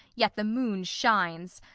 yet the moon shines.